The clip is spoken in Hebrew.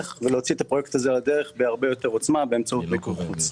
ולהוציא את הפרויקט הזה לדרך בהרבה יותר עוצמה באמצעות מיקור חוץ.